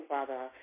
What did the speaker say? Father